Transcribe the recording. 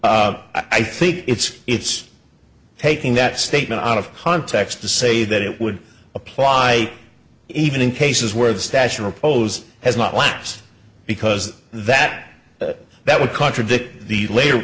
i think it's it's taking that statement out of context to say that it would apply even in cases where the stash repos has not lapse because that that would contradict the later